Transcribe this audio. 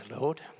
Lord